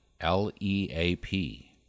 L-E-A-P